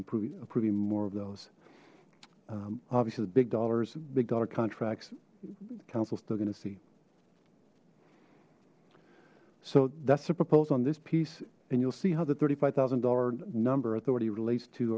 improving approving more of those obviously the big dollars big dollar contracts the council still gonna see so that's the proposed on this piece and you'll see how the thirty five thousand dollars number authority relates to